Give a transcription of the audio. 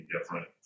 different